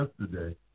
yesterday